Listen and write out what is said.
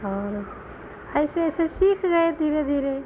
और ऐसे ऐसे सीख गए धीरे धीरे